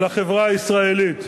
אל החברה הישראלית,